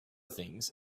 things